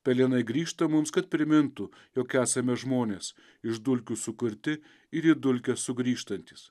pelenai grįžta mums kad primintų jog esame žmonės iš dulkių sukurti ir į dulkes sugrįžtantys